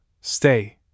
stay